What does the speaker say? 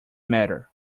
matter